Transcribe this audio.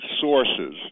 sources